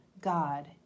God